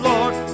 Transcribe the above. Lord